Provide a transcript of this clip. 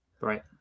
Right